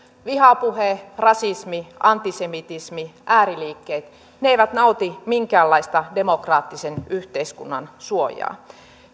vihapuhe rasismi antisemitismi ääriliikkeet ne eivät nauti minkäänlaista demokraattisen yhteiskunnan suojaa